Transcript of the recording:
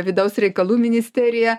vidaus reikalų ministeriją